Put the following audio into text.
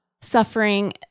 suffering